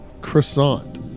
croissant